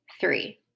three